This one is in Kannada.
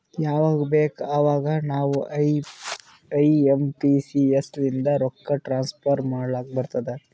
ಯವಾಗ್ ಬೇಕ್ ಅವಾಗ ನಾವ್ ಐ ಎಂ ಪಿ ಎಸ್ ಲಿಂದ ರೊಕ್ಕಾ ಟ್ರಾನ್ಸಫರ್ ಮಾಡ್ಲಾಕ್ ಬರ್ತುದ್